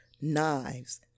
knives